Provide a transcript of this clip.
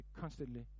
constantly